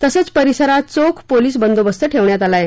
तसंच परिसरात चोख पोलिस बंदोबस्त ठेवण्यात आला आहे